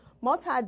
multi